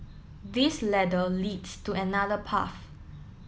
this ladder leads to another path